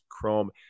Chrome